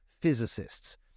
physicists